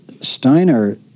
Steiner